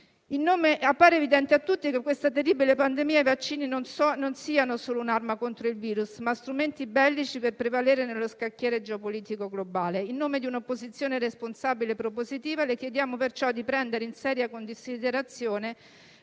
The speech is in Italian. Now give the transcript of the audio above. Appare evidente a tutti, da questa terribile pandemia, come i vaccini non siano solo un'arma contro il virus, ma strumenti bellici per prevalere nello scacchiere geopolitico globale. In nome di un'opposizione responsabile e propositiva, le chiediamo perciò di prendere in seria considerazione